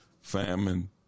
famine